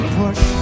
push